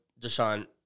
Deshaun